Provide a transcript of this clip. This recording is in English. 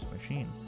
machine